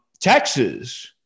Texas